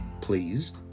please